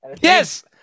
Yes